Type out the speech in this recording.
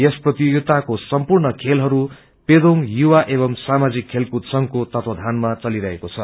यस प्रतियोगिताको सम्पूर्ण खेलहरू पेदोंग युवा एवं सामाजिक खेलकुद संघको तत्वाधनमा चलिरहेको छ